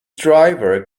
driver